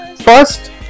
First